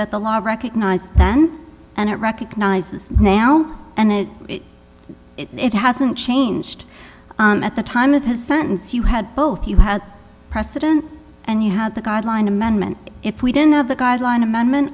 that the law recognizes then and it recognizes now and it hasn't changed at the time of his sentence you had both you had precedent and you had the guideline amendment if we didn't have the guideline amendment